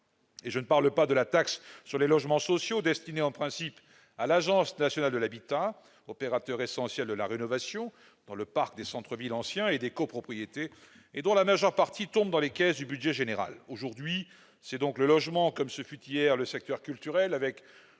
! Je ne parle pas de la taxe sur les logements sociaux, destinée en principe à l'Agence nationale de l'habitat, opérateur essentiel de la rénovation dans le parc des centres-villes anciens et des copropriétés, mais dont la majeure partie tombe dans les caisses du budget général. C'est donc aujourd'hui le logement qui est visé, comme ce fut hier le secteur culturel, avec